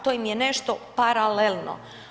To im je nešto paralelno.